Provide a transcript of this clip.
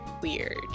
weird